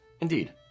indeed